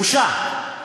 בושה.